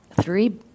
three